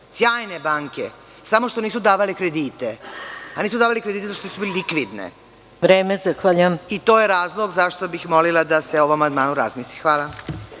Sjajne banke, samo što nisu davale kredite, a nisu davale kredite zato što nisu bile likvidne.(Predsednik: Vreme.)I to je razlog zašto bih molila da se o ovom amandmanu razmisli. Hvala.